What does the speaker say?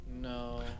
No